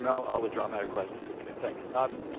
um i'll i'll withdraw my request. thank